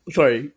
Sorry